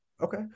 Okay